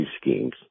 schemes